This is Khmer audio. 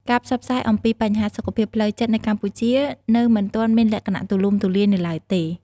ការផ្សព្វផ្សាយអំពីបញ្ហាសុខភាពផ្លូវចិត្តនៅកម្ពុជានៅមិនទាន់មានលក្ខណៈទូលំទូលាយនៅឡើយទេ។